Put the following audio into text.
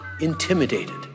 intimidated